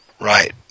Right